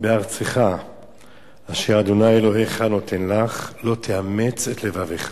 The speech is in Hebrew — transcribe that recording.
בארצך אשר ה' אלהיך נֹתן לך, לא תאמץ את לבבך